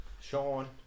Sean